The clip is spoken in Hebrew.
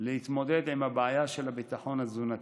להתמודד עם הבעיה של הביטחון התזונתי.